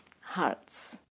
hearts